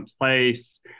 place